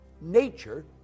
Nature